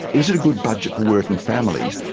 is it a good budget for working families.